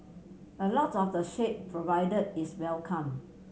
a lot of the shade provided is welcome